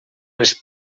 les